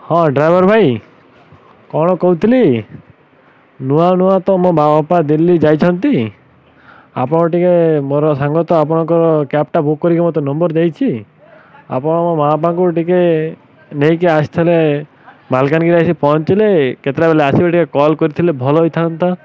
ହଁ ଡ୍ରାଇଭର୍ ଭାଇ କ'ଣ କହୁଥିଲି ନୂଆ ନୂଆ ତ ମୋ ମା' ବାପା ଦିଲ୍ଲୀ ଯାଇଛନ୍ତି ଆପଣ ଟିକେ ମୋର ସାଙ୍ଗ ତ ଆପଣଙ୍କର କ୍ୟାବ୍ଟା ବୁକ୍ କରିକି ମୋତେ ନମ୍ବର ଦେଇଛି ଆପଣ ମୋ ମା' ବାପାଙ୍କୁ ଟିକେ ନେଇକି ଆସିଥିଲେ ମାଲକାନଗିରି ଆସିି ପହଞ୍ଚିଲେ କେତେଟା ବେଳେ ଆସିବେ ଟିକେ କଲ୍ କରିଥିଲେ ଭଲ ହେଇଥାନ୍ତା